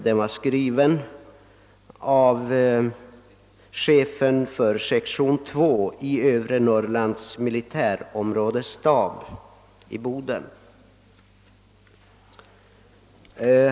Den är skriven av chefen för sektion 2 i Övre Norrlands militärområdes stab.